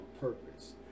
purpose